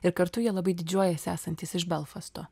ir kartu jie labai didžiuojasi esantys iš belfasto